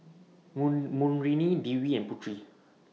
Moon Murni Dwi and Putri